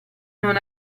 non